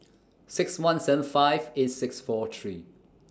six one seven five eight six four three